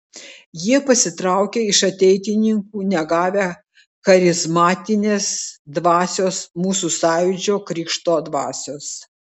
jie pasitraukė iš ateitininkų negavę charizmatinės dvasios mūsų sąjūdžio krikšto dvasios